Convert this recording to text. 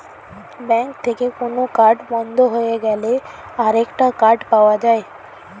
bank থেকে কোন card বন্ধ হয়ে গেলে আরেকটা কার্ড পাওয়া যায়